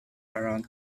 around